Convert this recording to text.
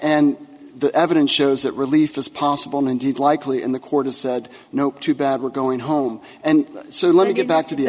and the evidence shows that relief is possible indeed likely in the court of said nope too bad we're going home and so let me get back to the